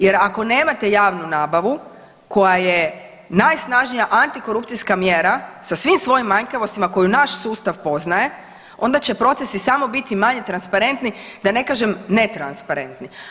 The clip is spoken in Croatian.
Jer ako nemate javnu nabavu koja je najsnažnija antikorupcijska mjera sa svim svojim manjkavostima koje naš sustav poznaje, onda će procesi samo biti manje transparentni, da ne kažem netransparentni.